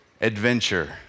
adventure